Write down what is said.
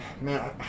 Man